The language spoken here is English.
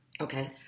Okay